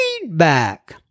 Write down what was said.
feedback